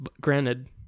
Granted